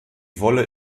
wolle